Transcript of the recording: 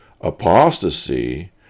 apostasy